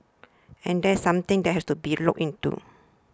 and that's something that has to be looked into